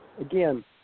again